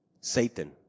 Satan